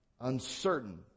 uncertain